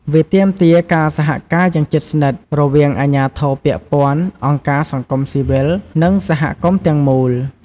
វាទាមទារការសហការយ៉ាងជិតស្និទ្ធ រវាងអាជ្ញាធរពាក់ព័ន្ធ អង្គការសង្គមស៊ីវិល និងសហគមន៍ទាំងមូល។